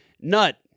NUT